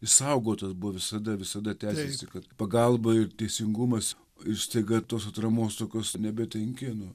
išsaugotas buvo visada visada tęsėsi kad pagalba ir teisingumas ir staiga tos atramos tokios nebetenki nu